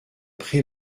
pré